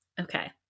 Okay